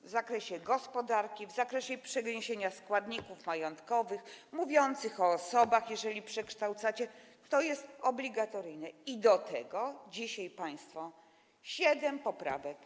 w zakresie gospodarki, w zakresie przeniesienia składników majątkowych, mówiących o osobach, jeżeli przekształcacie, to jest to obligatoryjne - i do tego dzisiaj państwo zgłaszacie 7 poprawek.